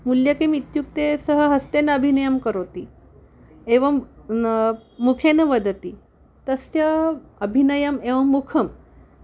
मूल्यं किम् इत्युक्ते सः हस्तेन अभिनयं करोति एवं न मुखेन वदति तस्य अभिनयम् एवं मुखम्